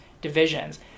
divisions